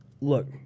look